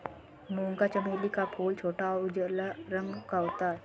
मूंगा चमेली का फूल छोटा और उजला रंग का होता है